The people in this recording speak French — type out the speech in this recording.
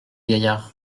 gaillards